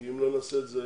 כי אם לא נעשה את זה